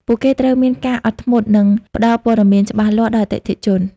ពួកគេត្រូវមានការអត់ធ្មត់ និងផ្តល់ព័ត៌មានច្បាស់លាស់ដល់អតិថិជន។